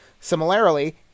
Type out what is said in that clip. Similarly